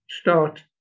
start